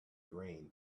grain